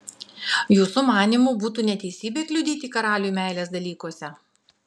jūsų manymu būtų neteisybė kliudyti karaliui meilės dalykuose